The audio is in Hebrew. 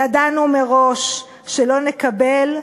ידענו מראש שלא נקבל.